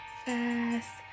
fast